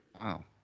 Wow